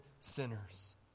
sinners